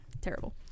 Terrible